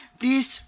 please